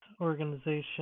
organization